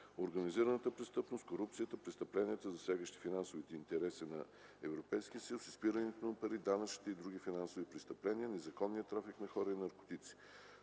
организираната престъпност, корупцията, престъпленията, засягащи финансовите интереси на Европейския съюз, изпирането на пари, данъчните и други финансови престъпления, незаконния трафик на хора и наркотици.